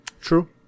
true